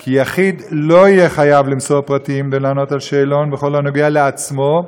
כי יחיד לא יהיה חייב למסור פרטים ולענות על שאלון בכל הקשור לעצמו,